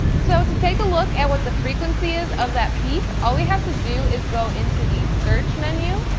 so to take a look at what the frequency is of that peak, all we have to do is go into the search menu,